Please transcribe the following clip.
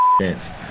chance